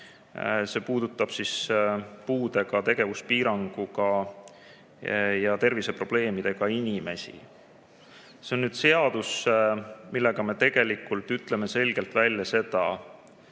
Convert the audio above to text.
mis puudutab puudega, tegevuspiiranguga ja terviseprobleemiga inimesi. See on nüüd seadus, millega me tegelikult ütleme selgelt välja,